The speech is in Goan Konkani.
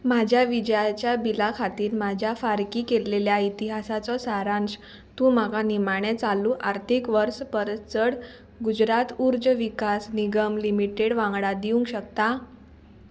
म्हाज्या विजाच्या बिला खातीर म्हाज्या फारकी केल्लेल्या इतिहासाचो सारांश तूं म्हाका निमाणें चालू आर्थीक वर्स परस चड गुजरात उर्ज विकास निगम लिमिटेड वांगडा दिवंक शकता